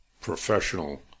professional